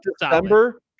December